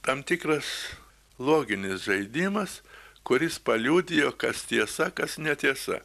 tam tikras loginis žaidimas kuris paliudijo kas tiesa kas netiesa